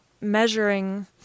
measuring